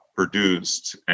Produced